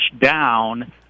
down